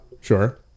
sure